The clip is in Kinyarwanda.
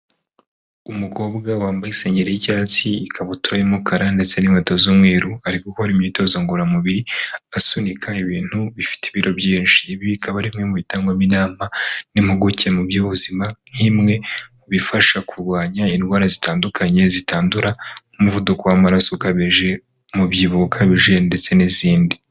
Umukobwa wambaye isengeri y'icyatsi, ikabutura y'umukara ndetse n'inkweto z'umweru, ari gukora imyitozo ngororamubiri asunika ibintu bifite ibiro byinshi, ibi bikaba ari bimwe mu bitangwamo inama n'impuguke mu by'ubuzima nk'imwe mu bifasha kurwanya indwara zitandukanye zitandura, nk'umuvuduko w'amaraso ukabije, umubyibuho ukabije ndetse n'izindi.